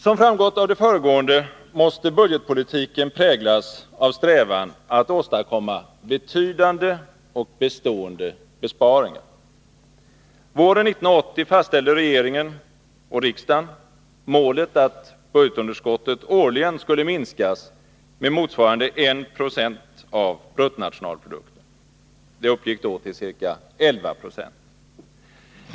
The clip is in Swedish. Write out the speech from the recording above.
Som framgått av det föregående måste budgetpolitiken präglas av en strävan att åstadkomma betydande och bestående besparingar. Våren 1980 fastställde regeringen och riksdagen målet att budgetunderskottet årligen skulle minskas med motsvarande 196 av bruttonationalprodukten — det uppgick då till ca 11926.